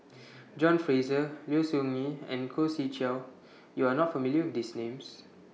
John Fraser Low Siew Nghee and Khoo Swee Chiow YOU Are not familiar with These Names